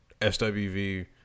SWV